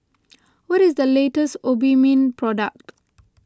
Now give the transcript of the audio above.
what is the latest Obimin product